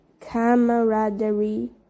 camaraderie